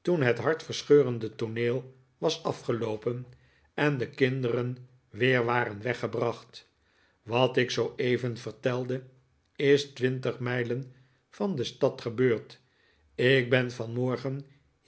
toen het hartverscheurende tooneel was afgeloopen en de kinderen weer waren weggebracht wat ik zooeven vertelde is twintig mijlen van de stad gebeurd ik ben vanmorgen